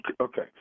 Okay